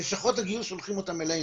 ולשכות הגיוס שולחות אותם אלינו.